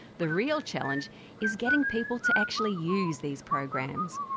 the real challenge is getting people to actually use these programs.